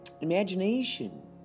imagination